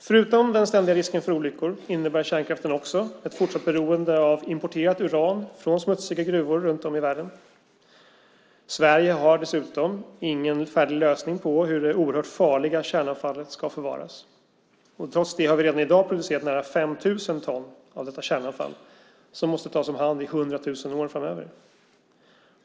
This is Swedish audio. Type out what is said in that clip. Förutom den ständiga risken för olyckor innebär kärnkraften också ett fortsatt beroende av importerat uran från smutsiga gruvor runt om i världen. Sverige har dessutom ingen färdig lösning på hur det oerhört farliga kärnavfallet ska förvaras. Trots det har vi redan i dag producerat nära 5 000 ton av detta kärnavfall, som måste tas om hand i 100 000 år framöver.